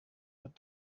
that